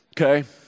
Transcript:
okay